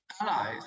allies